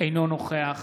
אינו נוכח